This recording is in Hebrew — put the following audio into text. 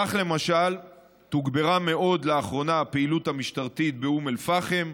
כך למשל תוגברה מאוד לאחרונה הפעילות המשטרתית באום אל-פחם,